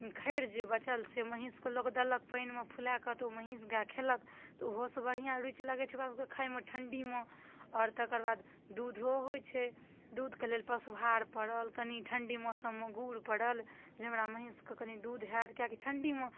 खैर जे बचल से महीसके लोक देलक पानिमे फुलए कऽ तऽ महीस गाय खेलक तऽ ओहो सँ बढ़िऑं रुचि लगै छै ओकरा सबके खाइमे ठण्डी मे आओर तकरबाद दूधो होइ छै दूधके लेल पशुहार परल कनी ठण्डी मौसममे गुड़ परल जकरा महीसके कनी दूध होयत किएकी ठण्डीमे